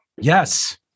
yes